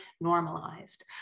normalized